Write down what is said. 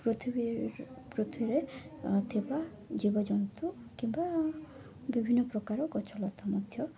ପୃଥିବୀ ପୃଥିବୀରେ ଥିବା ଜୀବଜନ୍ତୁ କିମ୍ବା ବିଭିନ୍ନ ପ୍ରକାର ଗଛ ଲତା ମଧ୍ୟ